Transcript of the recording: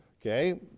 Okay